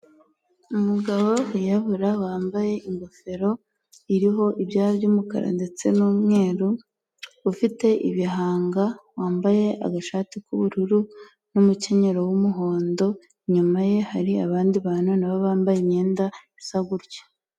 Umugabo wirabura bambaye ingofero iriho ibyoya by'umukara ndetse n'umweru, ufite ibihanga wambaye agashati k'ubururu n'umukenyero w'umuhondo, inyuma ye hari abandi bantu nabo bambaye imyenda isa gutya.